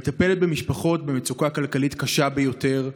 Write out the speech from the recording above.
מטפלת במשפחות במצוקה כלכלית קשה ביותר,